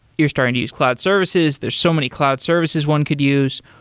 you're starting to use cloud services. there're so many cloud services one could use.